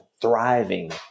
thriving